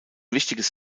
wichtiges